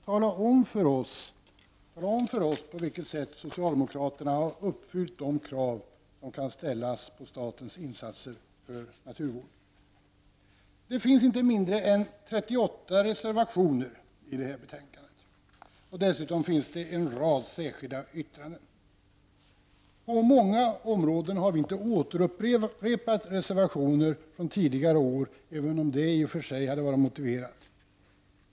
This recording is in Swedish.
Tala om för oss på vilket sätt socialdemokraterna har uppfyllt de krav som kan ställas på statens insatser för naturvården! Det finns inte mindre än 38 reservationer i det här betänkandet. Dessutom finns det en rad särskilda yttranden. På många områden har vi inte återupprepat reservationer från tidigare år, även om detta i och för sig hade varit motiverat.